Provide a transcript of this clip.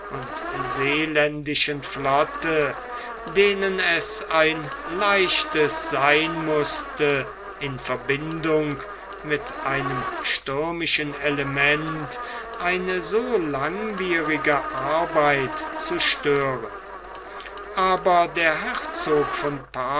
und seeländischen flotte denen es ein leichtes sein mußte in verbindung mit einem stürmischen element eine so langwierige arbeit zu stören aber der herzog von